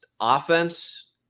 offense